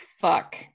fuck